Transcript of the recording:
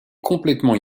complètement